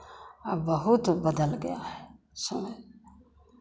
अब बहुत बदल गया है समय